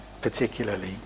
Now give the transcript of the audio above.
particularly